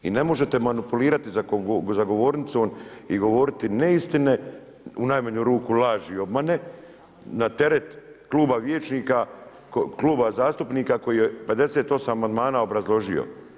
I ne možete manipulirati za govornicom i govoriti ne istine, u najmanju ruku laži i obmane na teret kluba vijećnika, kluba zastupnika koji je 58 amandmana obrazložio.